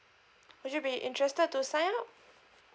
would you be interested to sign up